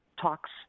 talks